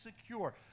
secure